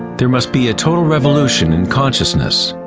there must be a total revolution in consciousness.